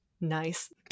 Nice